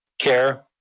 care,